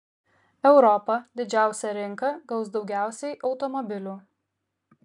europa didžiausia rinka gaus daugiausiai automobilių